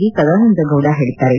V Sadananda Gowda ಹೇಳಿದ್ದಾರೆ